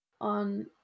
On